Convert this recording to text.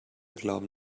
glauben